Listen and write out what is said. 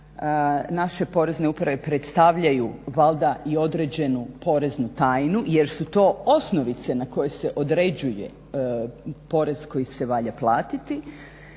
naše Porezne uprave predstavljaju valjda i određenu poreznu tajnu jer su to osnovice na koje se određuje porez koji se valja platiti,